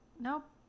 nope